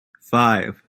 five